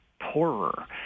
poorer